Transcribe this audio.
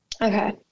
Okay